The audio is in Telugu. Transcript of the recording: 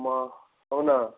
అమ్మో అవునా